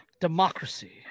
Democracy